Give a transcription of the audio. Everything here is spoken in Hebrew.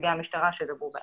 נציגי המשטרה שיוכלו להתייחס.